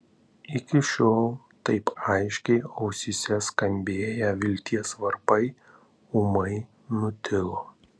iki šiol taip aiškiai ausyse skambėję vilties varpai ūmai nutilo